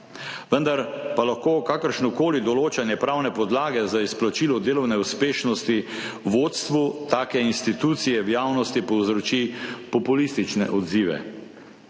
Vendar pa lahko kakršnokoli določanje pravne podlage za izplačilo delovne uspešnosti vodstvu take institucije v javnosti povzroči populistične odzive.